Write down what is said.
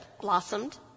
blossomed